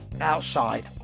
outside